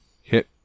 hit